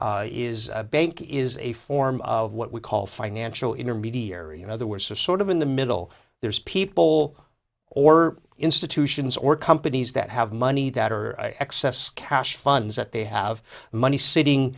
is a bank is a form of what we call financial intermediaries in other words a sort of in the middle there's people or institutions or companies that have money that are excess cash funds that they have money sitting